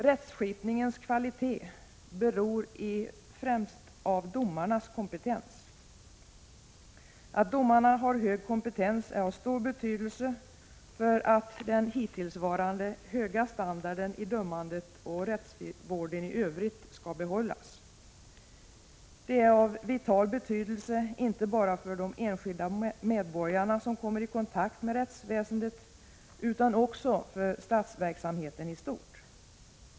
Rättskipningens kvalitet beror främst av domarnas kompetens. Att domarna har hög kompetens är av stor betydelse för att den hittillsvarande höga standarden i dömandet och rättsvården i övrigt skall behållas. Det är av vital betydelse inte bara för de enskilda medborgarna som kommer i kontakt med rättsväsendet utan också för statsverksamheten i stort.